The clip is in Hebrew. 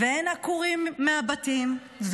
ואין עקורים מהבתים,